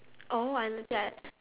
oh I understand